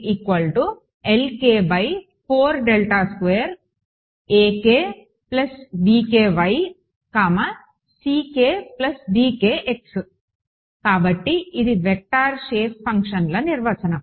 కాబట్టి కాబట్టి ఇది వెక్టర్ షేప్ ఫంక్షన్ల నిర్వచనం